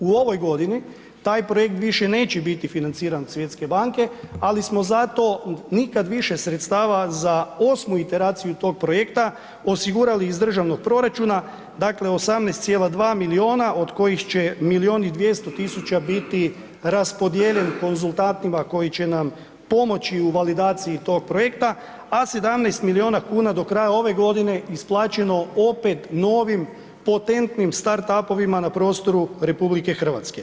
U ovoj godini taj projekt više neće biti financiran od Svjetske banke, ali smo zato nikad više sredstava za 8 iteraciju tog projekta osigurali iz državnog proračuna dakle, 18,2 miliona od kojih će 1,2 miliona biti raspodijeljeni konzultantima koji će nam pomoći u validaciji tog projekta, a 17 miliona kuna do kraja ove godine isplaćeno opet novim potentnim start up-ovima na prostoru RH.